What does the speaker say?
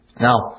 Now